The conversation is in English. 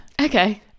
okay